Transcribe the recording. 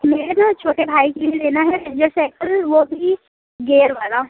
मेरे न छोटे भाई के लिए लेना है रेंजर साइकल वो भी गियर वाला